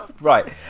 Right